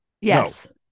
Yes